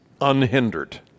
unhindered